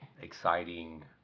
Exciting